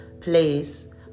place